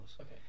Okay